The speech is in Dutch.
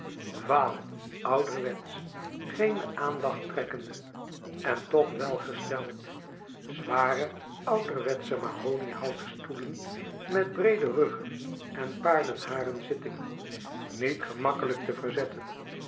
vaal ouderwetsch geene aandacht trekkende en toch welgesteld zware ouderwetsche mahoniehouten stoelen met breede ruggen en paardenharen zittingen niet gemakkelijk te verzetten